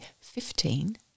fifteen